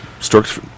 Stork's